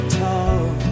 talk